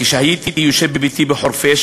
כשישבתי בביתי בחורפיש,